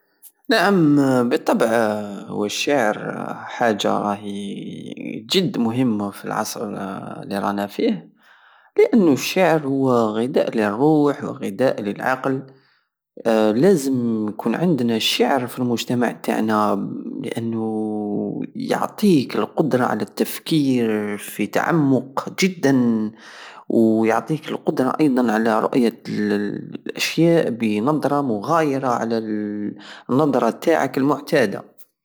نعم باطبع هو الشعر حاجة راهي جد مهمة فالعصر الي رانا فيه لانو الشعر هو غداء لروح غداء للعقل لازم نكون عندنا الشعر في المجتمع تاعنا لانو يعطيك القدرة على ااتفكير في التعمق جدا ويعطيك القدرة ايضا على راية الاشياء بنضرة مغايرة على النضرة تاعك المعتادة